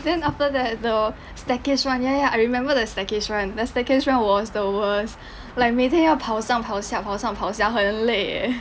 then after that the staircase run ya ya I remember the staircase run the staircase run was the worst like 每天要跑上跑下跑上跑下很累 eh